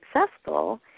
successful